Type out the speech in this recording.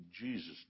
Jesus